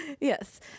yes